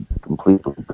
completely